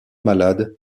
malade